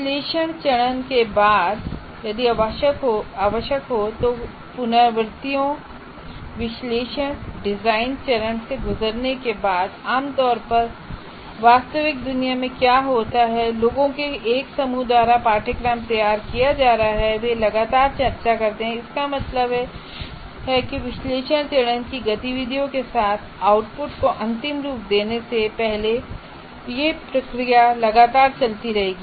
विश्लेषण चरण करने के बाद यदि आवश्यक हो कई पुनरावृत्तियों विश्लेषण डिज़ाइन चरण से गुजरने के बाद आम तौर पर वास्तविक दुनिया में क्या होता है लोगों के एक समूह द्वारा पाठ्यक्रम तैयार किया जा रहा है वे लगातार चर्चा करते हैं इसका मतलब है कि विश्लेषण चरण की गतिविधियों के आउटपुट को अंतिम रूप देने से पहले यह प्रक्रिया लगातार चलती रहेगी